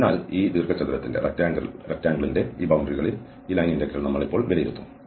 അതിനാൽ ഈ ദീർഘചതുരത്തിന്റെ ഈ ബൌണ്ടറികളിൽ ഈ ലൈൻ ഇന്റഗ്രൽ നമ്മൾ ഇപ്പോൾ വിലയിരുത്തും